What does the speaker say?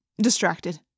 distracted